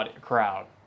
Crowd